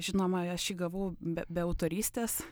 žinoma aš jį gavau be be autorystės